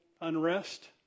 unrest